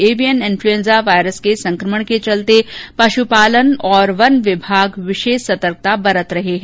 avian influenza virus के संकमण के चलते पशुपालन तथा वन विभाग विशेष सतर्कता बरत रहे हैं